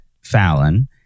Fallon